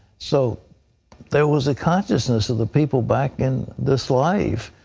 so there was a consciousness of the people back in this life.